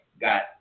got